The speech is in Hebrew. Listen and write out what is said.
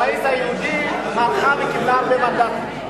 הבית היהודי הלכה וקיבלה הרבה מנדטים,